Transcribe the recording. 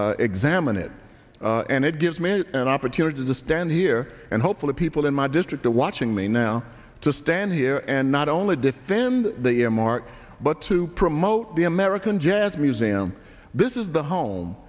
it and it gives me an opportunity to stand here and hope for the people in my district are watching me now to stand here and not only defend the earmark but to promote the american jazz museum this is the home